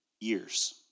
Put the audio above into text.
years